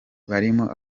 barimo